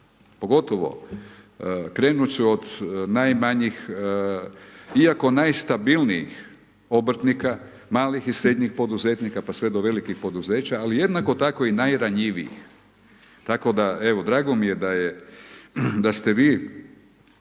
Pogotovo, krenut ću od najmanjih iako najstabilnijih obrtnika, malih i srednjih poduzetnika, pa sve do velikih poduzeća, ali jednako tako i najranjivijih tako da evo drago mi je da je,